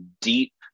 deep